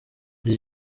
iki